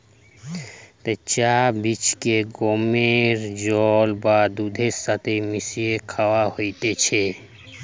চা বীজকে গরম জল বা দুধের সাথে মিশিয়ে খায়া হতিছে